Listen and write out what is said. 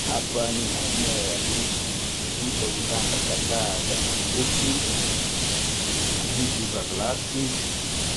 Hapa ni maeneo ya bichi , vipo vibanda kadhaa vya makuti, viti vya plastic ,